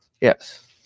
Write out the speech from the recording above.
Yes